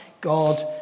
God